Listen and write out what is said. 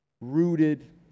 rooted